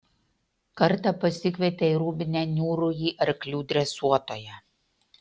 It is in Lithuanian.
kartą pasikvietė į rūbinę niūrųjį arklių dresuotoją